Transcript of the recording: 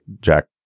Jack